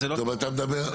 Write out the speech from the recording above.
טוב, אבל זה לא טיעון.